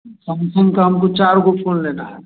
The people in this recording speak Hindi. समसन्ग का हमको चार गो फ़ोन लेना है